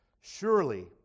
Surely